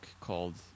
called